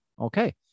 okay